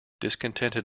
discontented